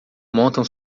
montam